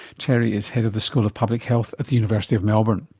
terry is head of the school of public health at the university of melbourne.